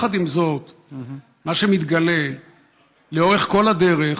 עם זאת, מה שמתגלה לאורך כל הדרך